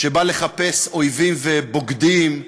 שבא לחפש אויבים ובוגדים.